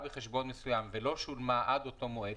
בחשבון מסוים ולא שולמה עד אותו מועד,